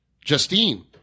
Justine